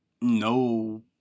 no